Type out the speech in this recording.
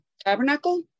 tabernacle